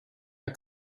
der